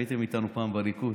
הייתם איתנו פעם בליכוד.